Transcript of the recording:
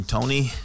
Tony